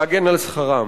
להגן על שכרם.